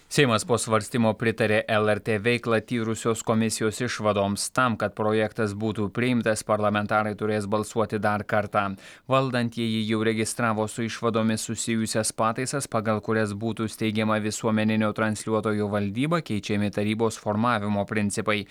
seimas po svarstymo pritarė lrt veiklą tyrusios komisijos išvadoms tam kad projektas būtų priimtas parlamentarai turės balsuoti dar kartą valdantieji jau registravo su išvadomis susijusias pataisas pagal kurias būtų steigiama visuomeninio transliuotojo valdyba keičiami tarybos formavimo principai